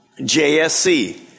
JSC